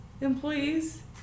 employees